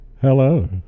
Hello